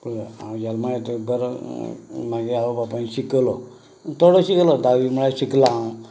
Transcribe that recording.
हांव जल्मा येते बारा म्हागे आवय बापायन शिकयलो थोडे शिकयलो धावे मेरेन शिकला हांव